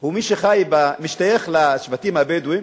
הוא מי שמשתייך לשבטים הבדואים